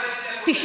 יהיו דיונים,